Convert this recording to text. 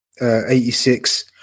86